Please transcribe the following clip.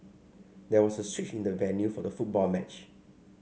there was a switch in the venue for the football match